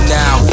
now